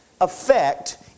affect